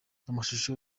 amashusho